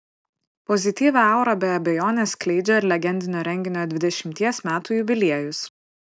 pozityvią aurą be abejonės skleidžia ir legendinio renginio dvidešimties metų jubiliejus